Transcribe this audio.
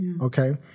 okay